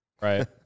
Right